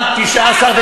אזרחים נהרגו ארבעה.